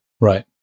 Right